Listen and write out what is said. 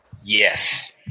Yes